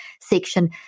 section